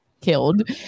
killed